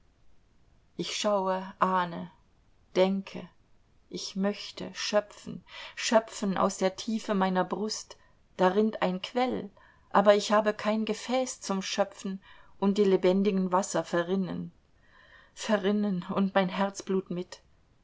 ich schaue ahne denke ich möchte schöpfen schöpfen aus der tiefe meiner brust da rinnt ein quell aber ich habe kein gefäß zum schöpfen und die lebendigen wasser verrinnen verrinnen und mein herzblut mit